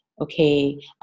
okay